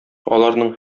аларның